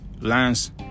Lance